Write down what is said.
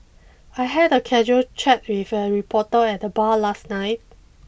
I had a casual chat with a reporter at the bar last night